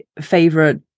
favorite